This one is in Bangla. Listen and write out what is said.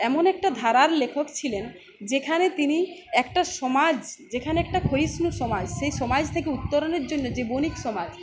এমন একটা ধারার লেখক ছিলেন যেখানে তিনি একটা সমাজ যেখানে একটা ক্ষয়িষ্ণু সমাজ সেই সমাজ থেকে উত্তরণের জন্য যে বনিক সমাজ